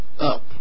up